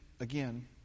again